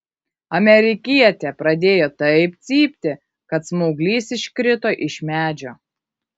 amerikietė pradėjo taip cypti kad smauglys iškrito iš medžio